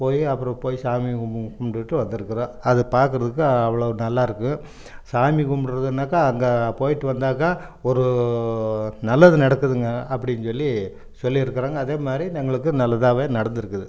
போய் அப்புறம் போய் சாமி கும் கும்புட்டுட்டு வந்துருக்கிறோம் அது பார்க்குறதுக்கு அவ்வளோ நல்லா இருக்குது சாமி கும்பிட்றதுனாக்கா அங்கே போயிட்டு வந்தாக்கா ஒரு நல்லது நடக்குதுங்க அப்டினு சொல்லி சொல்லிருக்கிறாங்க அதே மாதிரி எங்களுக்கு நல்லதாவே நடந்திருக்குது